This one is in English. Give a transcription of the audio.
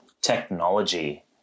technology